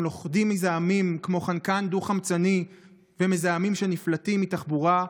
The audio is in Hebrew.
הם לוכדים מזהמים כמו חנקן דו-חמצני ומזהמים שנפלטים מתחבורה,